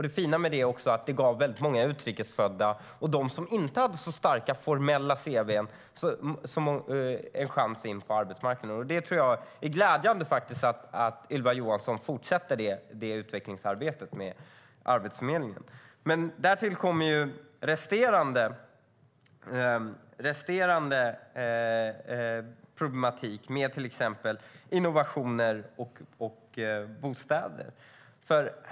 Det fina med det var att det dessutom gav många utrikes födda och dem som inte hade så starka formella cv:n en chans att komma in på arbetsmarknaden. Det är glädjande att Ylva Johansson fortsätter det utvecklingsarbetet med Arbetsförmedlingen. Till detta kommer problematiken med innovationer och bostäder.